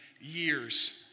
years